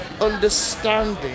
understanding